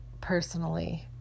personally